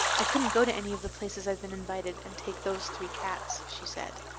i couldn't go to any of the places i've been invited and take those three cats, she said.